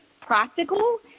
practical